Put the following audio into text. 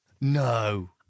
No